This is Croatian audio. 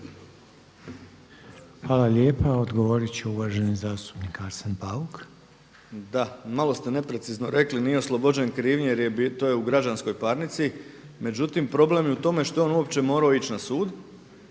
Hvala lijepa odgovoriti će uvaženi zastupnik Arsen Bauk. **Bauk, Arsen (SDP)** Da, malo ste neprecizno rekli nije oslobođen krivnje jer to je u građanskoj parnici, međutim problem je u tome što je on uopće morao ići na su